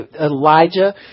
Elijah